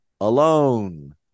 Alone